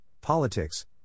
politics